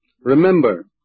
remember